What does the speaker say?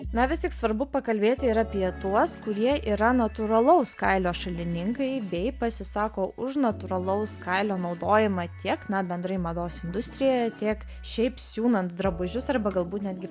na vis tik svarbu pakalbėti ir apie tuos kurie yra natūralaus kailio šalininkai bei pasisako už natūralaus kailio naudojimą tiek na bendrai mados industrijoje tiek šiaip siūlant drabužius arba galbūt netgi